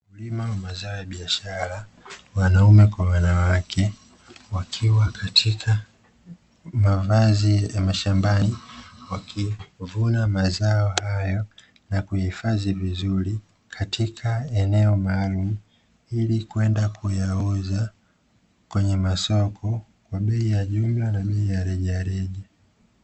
Wakulima wa mazao ya biashara, wanaume kwa wanawake wakiwa katika mavazi ya mashambani, wakivuna mazao hayo na kuyaifadhi vizuri katika eneo maalum ili kwenda kuyauza kwenye masoko kwa bei ya jumla na bei ya rejareja.